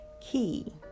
key